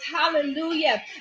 Hallelujah